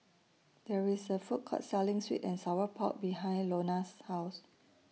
There IS A Food Court Selling Sweet and Sour Pork behind Lonna's House